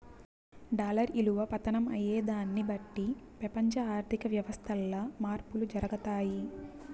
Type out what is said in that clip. dollar ఇలువ పతనం అయ్యేదాన్ని బట్టి పెపంచ ఆర్థిక వ్యవస్థల్ల మార్పులు జరగతాయి